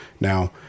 Now